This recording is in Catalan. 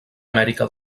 amèrica